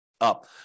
up